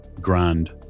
Grand